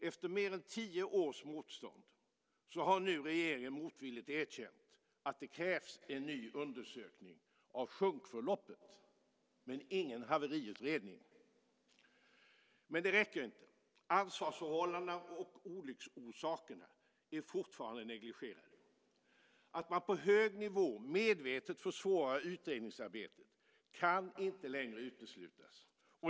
Efter mer än tio års motstånd har regeringen motvilligt erkänt att det krävs en ny undersökning av sjunkförloppet, men ingen haveriutredning. Men det räcker inte. Ansvarsförhållandena och olycksorsakerna är fortfarande negligerade. Att man på hög nivå medvetet försvårar utredningsarbetet kan inte längre uteslutas.